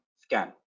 scan